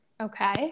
Okay